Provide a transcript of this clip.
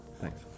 Thanks